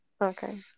Okay